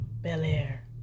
Bel-Air